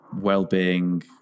well-being